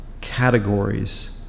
categories